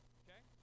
okay